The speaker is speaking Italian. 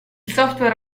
software